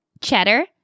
cheddar